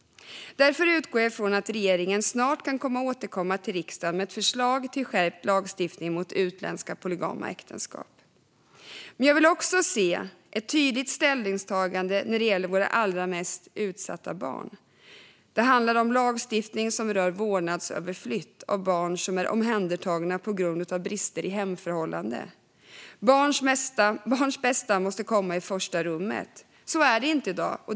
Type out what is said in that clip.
Därför utgår jag från att regeringen snart kan återkomma till riksdagen med ett förslag till skärpt lagstiftning mot utländska polygama äktenskap. Jag vill också se ett tydligt ställningstagande när det gäller våra allra mest utsatta barn. Det handlar om lagstiftning som rör vårdnadsöverflyttning av barn som är omhändertagna på grund av brister i hemförhållandet. Barnets bästa måste komma i första rummet. Så är det inte i dag.